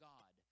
God